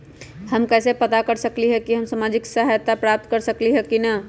हम कैसे पता कर सकली ह की हम सामाजिक सहायता प्राप्त कर सकली ह की न?